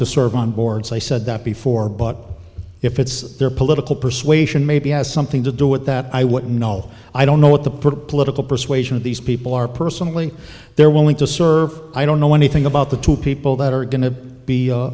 to serve on boards i said that before but if it's their political persuasion maybe has something to do with that i won't know i don't know what the put political persuasion of these people are personally they're willing to serve i don't know anything about the two people that are going to be